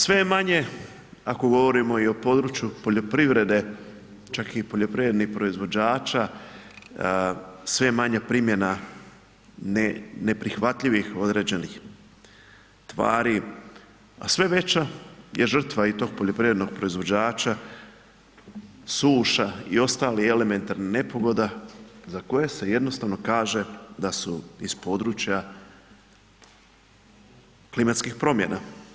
Sve je manje, ako govorimo i o području poljoprivrede, čak i poljoprivrednih proizvođača, sve je manja primjena neprihvatljivih određenih tvari, a sve veća je žrtva i tog poljoprivrednog proizvođača, suša i ostalih elementarnih nepogoda za koje se jednostavno kaže da su iz područja klimatskih promjena.